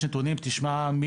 יש נתונים שתשמע,